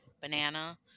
banana